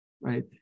right